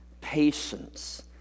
patience